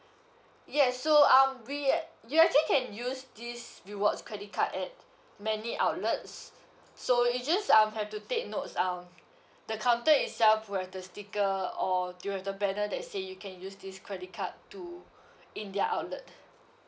yes so um we you actually can use these rewards credit card at many outlets so you just um have to take notes um the counter itself where the sticker or they have the banner that say you can use this credit card to in their outlet